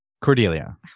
Cordelia